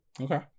Okay